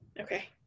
Okay